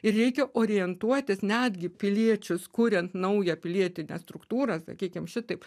ir reikia orientuotis netgi piliečius kuriant naują pilietinę struktūrą sakykim šitaip